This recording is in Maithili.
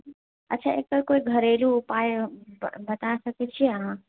अच्छा एकर कोई घरेलु उपाय बता सकै छी अहाँ